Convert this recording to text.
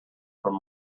from